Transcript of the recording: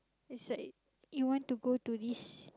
it's like you want to go to this